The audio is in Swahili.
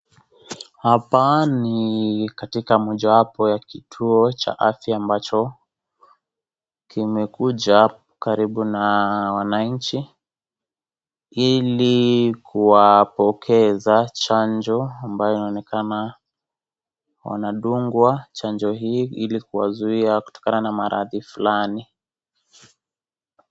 Hapa ni katika mojawapo ya kituo cha afya ambacho kimekuja karibu na wananchi ili kuwapokeza chanjo ambayo inaonekana wanadungwa chanjo hii ili kuwazuia kutokana na maradhi fulani.